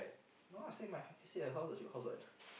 no ah same ah she stay at house she got house what